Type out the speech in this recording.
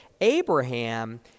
Abraham